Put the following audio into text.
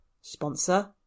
Sponsor